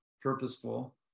purposeful